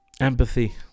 empathy